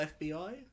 FBI